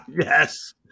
Yes